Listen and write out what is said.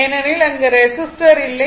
ஏனெனில் அங்கு ரெசிஸ்டர் இல்லை